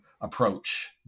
approach